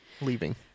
Leaving